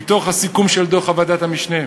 מתוך הסיכום של דוח ועדת המשנה.